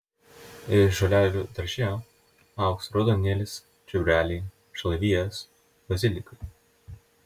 iš žolelių darže augs raudonėlis čiobreliai šalavijas bazilikai